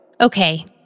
Okay